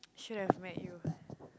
should have met you